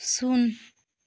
ᱥᱩᱱ